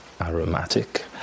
aromatic